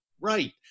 right